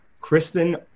Kristen